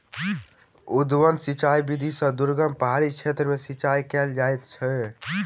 उद्वहन सिचाई विधि से दुर्गम पहाड़ी क्षेत्र में सिचाई कयल जाइत अछि